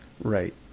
Right